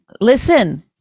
listen